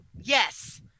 yes